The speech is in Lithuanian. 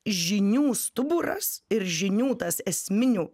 žinių stuburas ir žinių tas esminių